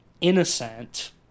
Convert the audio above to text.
innocent